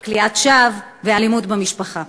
כליאת שווא ואלימות במשפחה.